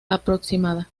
aproximada